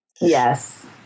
Yes